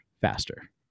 faster